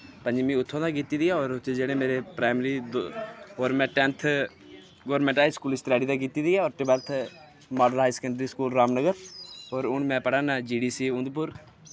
पंजमी उत्थुं दा कीती दी ऐ और उत्थे जेह्ड़े मेरे प्राईमरी और में tenth government high school Chhatrari दी कीती दी ऐ और twelfth model higher secondary school Ramnagar और हून में पढ़ा ना जी डी सी उधमपुर